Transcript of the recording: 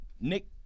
Nick